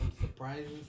surprises